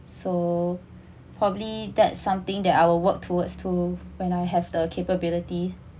so probably that's something that I'll work towards to when I have the capability